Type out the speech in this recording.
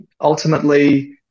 Ultimately